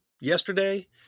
yesterday